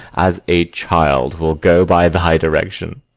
as a child, will go by thy direction.